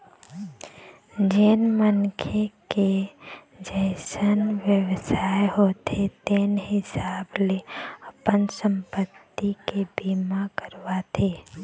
जेन मनखे के जइसन बेवसाय होथे तेन हिसाब ले अपन संपत्ति के बीमा करवाथे